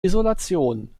isolation